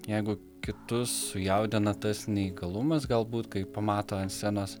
jeigu kitus sujaudina tas neįgalumas galbūt kai pamato ant scenos